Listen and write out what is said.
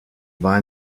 war